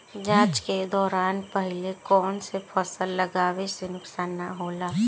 जाँच के दौरान पहिले कौन से फसल लगावे से नुकसान न होला?